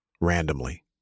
randomly